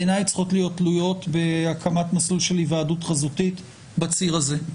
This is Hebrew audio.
בעיניי צריכות להיות תלויות בהקמת מסלול של היוועדות חזותית בציר הזה.